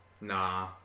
Nah